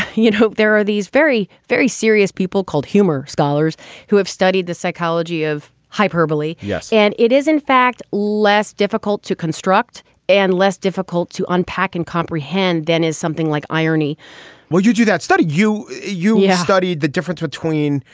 you hope there are these very, very serious people called humor scholars who have studied the psychology of hyperbole. yes. and it is, in fact, less difficult to construct and less difficult to unpack and comprehend then is something like irony would you do that study? you you have yeah studied the difference between.